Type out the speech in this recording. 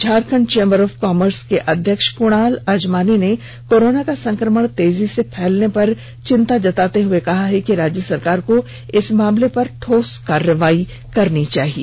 Jharkhand chamber of commerce के अध्यक्ष कुणाल आजमानी ने कोरोना का संकमण तेजी से फैलने पर चिंता जताते हुए कहा कि राज्य सरकार को इस मामले में ठोस कार्रवाई करनी चाहिए